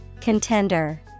Contender